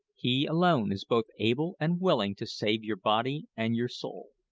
he alone is both able and willing to save your body and your soul.